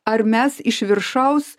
ar mes iš viršaus